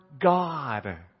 God